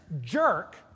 jerk